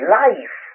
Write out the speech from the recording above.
life